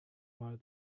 mal